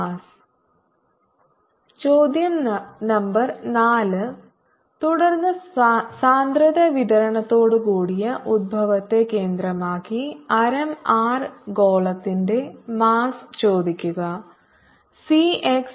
dmρdVCr3cosθr2drsin θdθdϕCr5 cosθϕdrdθ dϕ ചോദ്യo number 4 തുടർന്ന് സാന്ദ്രത വിതരണത്തോടുകൂടിയ ഉത്ഭവത്തെ കേന്ദ്രമാക്കി ആരം r ഗോളത്തിന്റെ മാസ്സ് ചോദിക്കുക C x square mod z ആണ്